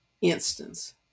instance